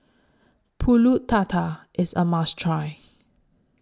Pulut Tatal IS A must Try